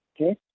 okay